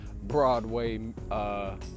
Broadway